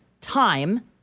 time